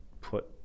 put